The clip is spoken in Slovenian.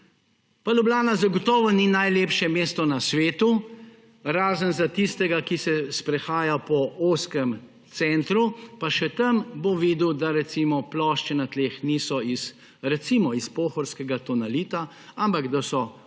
Pa Ljubljana zagotovo ni najlepše mesto na svetu, razen za tistega, ki se sprehaja po ozkem centru, pa še tam bo videl, da plošče na tleh niso, recimo, iz pohorskega tonalita, ampak da so uvožene